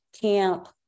camp